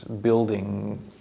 building